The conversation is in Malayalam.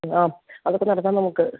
ആ അതൊക്കെ നടത്താം നമുക്ക്